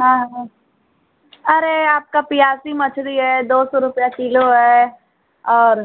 हाँ हाँ अरे आपका पियासी मछरी है दो सौ रुपया किलो है और